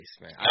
man